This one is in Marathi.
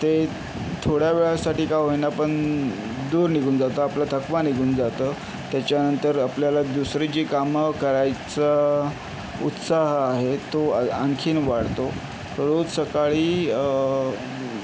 ते थोड्या वेळासाठी का होईना पण दूर निघून जातं आपला थकवा निघून जातो त्याच्यानंतर आपल्याला दुसरी जी कामं करायचा उत्साह आहे तो आ आणखीन वाढतो रोज सकाळी